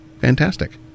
fantastic